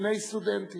שני סטודנטים.